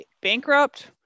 bankrupt